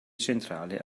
centrale